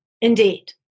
Indeed